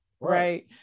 Right